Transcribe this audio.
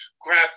grab